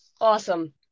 Awesome